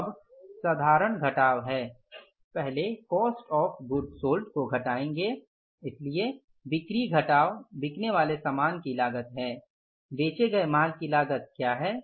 अब साधारण घटाव है पहले कास्ट ऑफ़ गुड्स सोल्ड को घटाएंगे इसलिए बिक्री घटाव बिकने वाले सामानों की लागत है बेचे गए माल की लागत क्या ह